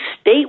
state